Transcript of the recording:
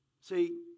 See